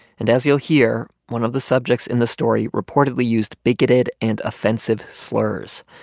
and as you'll hear, one of the subjects in the story reportedly used bigoted and offensive slurs,